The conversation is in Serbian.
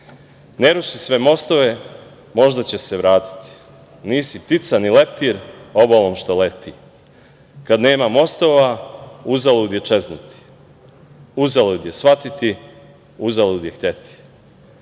ruši sve mostove, možda će se vratiti, nisi ptica, ni leptir obalom što leti. Kada nema mostova, uzalud je čeznuti, uzalud je shvatiti, uzalud je hteti. Ne